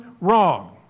wrong